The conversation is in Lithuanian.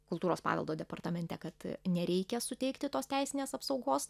kultūros paveldo departamente kad nereikia suteikti tos teisinės apsaugos